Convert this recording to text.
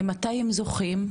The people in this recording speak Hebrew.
ממתי הם זוכים?